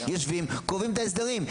יושבים וקובעים את ההסדרים.